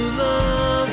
love